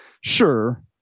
sure